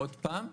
עוד פעם,